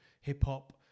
hip-hop